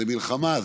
זו מלחמה,